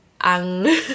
ang